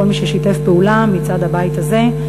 לכל מי ששיתף פעולה מצד הבית הזה,